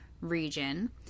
region